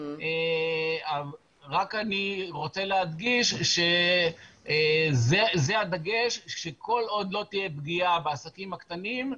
אני רק רוצה להדגיש שכל עוד לא תהיה גבייה בעסקים הקטנים,